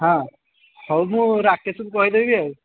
ହଁ ହଉ ମୁଁ ରାକେଶକୁ କହିଦେବି ଆଉ